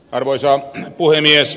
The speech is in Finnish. arvoisa puhemies